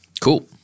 Cool